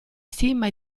stima